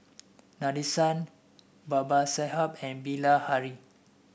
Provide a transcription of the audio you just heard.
Nadesan Babasaheb and Bilahari